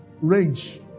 range